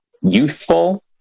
useful